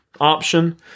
option